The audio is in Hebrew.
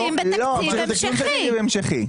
ממשיכים בתקציב המשכי.